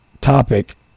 topic